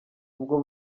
ubwo